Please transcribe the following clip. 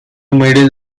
middle